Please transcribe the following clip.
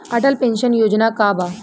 Atal pension योजना का बा?